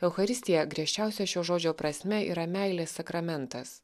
eucharistija griežčiausia šio žodžio prasme yra meilės sakramentas